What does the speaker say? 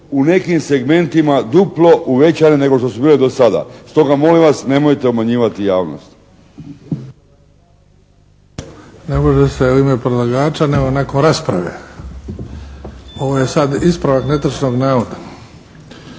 u nekim segmentima duplo uvećane nego što su bile do sada. Stoga molim vas nemojte obmanjivati javnost! **Bebić, Luka (HDZ)** Ne može se u ime predlagača. Nakon rasprave. Ovo je sada ispravak netočnog navoda.